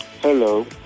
Hello